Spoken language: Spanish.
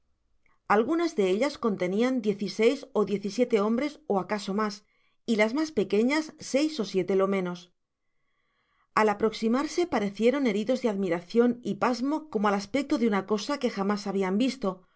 algunas de ellas contenian diez y seis ó diez y siete hombres ó acaso mas y las mas pequeñas seis ó siete lo menos content from google book search generated at al aproximarse parecieron heridos de admiracion y pasmo como al aspecto de una cosa que jamás habian visto